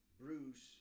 Bruce